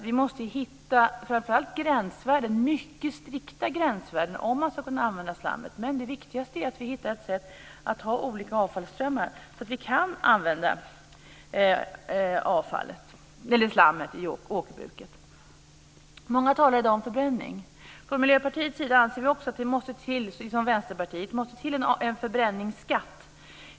Vi måste framför allt hitta mycket strikta gränsvärden om vi ska kunna använda slammet, men det viktigaste är ändå att vi hittar ett sätt att ha olika avfallsströmmar så att vi kan använda slammet i åkerbruket. Många talar i dag om förbränning. Från Miljöpartiets sida anser vi, liksom Vänsterpartiet, att det måste till en förbränningsskatt.